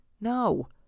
no